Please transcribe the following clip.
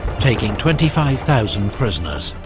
taking twenty five thousand prisoners.